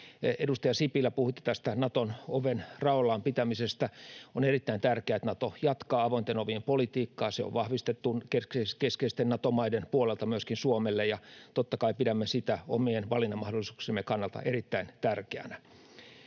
Edustaja Sipilä, puhuitte tästä Naton oven raollaan pitämisestä: On erittäin tärkeää, että Nato jatkaa avointen ovien politiikkaa. Se on vahvistettu keskeisten Nato-maiden puolelta myöskin Suomelle, ja totta kai pidämme sitä omien valinnanmahdollisuuksiemme kannalta erittäin tärkeänä.